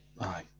Aye